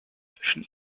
zwischen